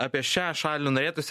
apie šią šalį norėtųsi